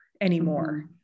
anymore